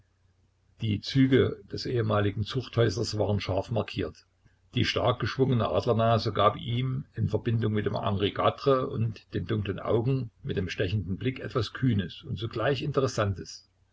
die züge des ehemaligen zuchthäuslers waren scharf markiert die stark geschwungene adlernase gab ihm in verbindung mit dem henriquatre und den dunklen augen mit dem stechenden blick etwas kühnes und zugleich interessantes